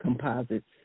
composites